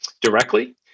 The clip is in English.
directly